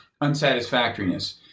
unsatisfactoriness